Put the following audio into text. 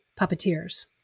puppeteers